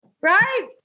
right